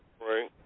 Right